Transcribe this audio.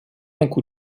mógł